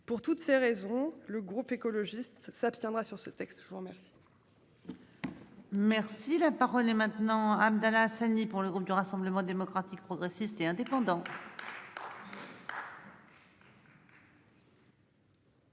Pour toutes ces raisons, le groupe écologiste s'abstiendra sur ce texte. Je vous remercie. Merci la parole est maintenant Abdallah Hassani pour le groupe du Rassemblement démocratique progressiste et indépendant.